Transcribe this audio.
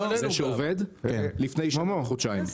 לפני שנה וחודשיים.